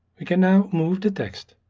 we can now move the text.